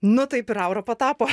nu taip ir aura patapo